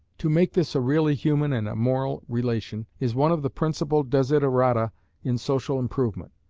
to make this a really human and a moral relation, is one of the principal desiderata in social improvement.